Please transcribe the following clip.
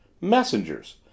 Messengers